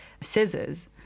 scissors